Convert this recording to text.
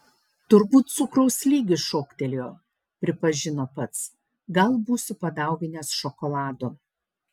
turbūt cukraus lygis šoktelėjo pripažino pats gal būsiu padauginęs šokolado